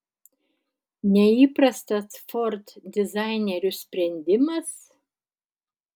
neįprastas ford dizainerių sprendimas